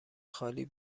خالی